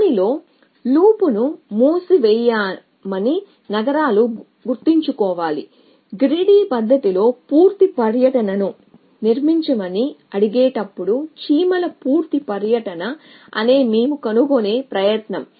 దానిలో లూప్ను మూసివేయని నగరాలు గుర్తుంచుకోవాలి గ్రేడీ పద్ధతిలో పూర్తి పర్యటనను నిర్మించమని అడిగేటప్పుడు చీమల పూర్తి పర్యటన అని మేము కనుగొనే ప్రయత్నం